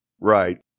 Right